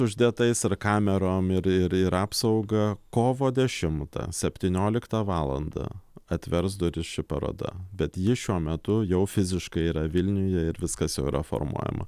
uždėtais ir kamerom ir ir ir apsauga kovo dešimtą septynioliktą valandą atvers duris ši paroda bet ji šiuo metu jau fiziškai yra vilniuje ir viskas yra formuojama